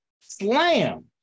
Slam